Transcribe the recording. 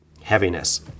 heaviness